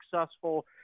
successful